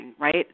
right